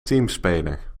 teamspeler